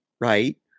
Right